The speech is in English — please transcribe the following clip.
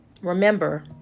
Remember